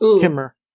Kimmer